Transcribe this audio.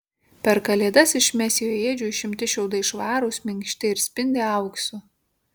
per kalėdas iš mesijo ėdžių išimti šiaudai švarūs minkšti ir spindi auksu